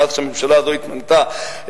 מאז שהממשלה הזאת התמנתה,